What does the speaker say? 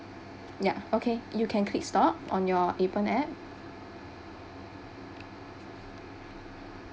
ya okay you can click stop on your app